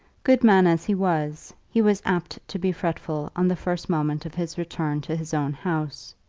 good man as he was, he was apt to be fretful on the first moment of his return to his own house,